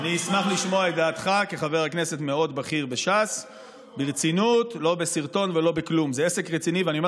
כי ההצעה שלך מדברת על כך שכל מוצר חקלאי שגידלו אותו בארץ,